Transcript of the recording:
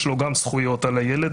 יש לו גם זכויות על הילד,